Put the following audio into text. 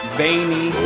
veiny